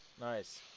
Nice